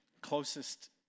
Closest